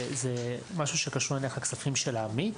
משהו שקשור נניח לכספים של העמית?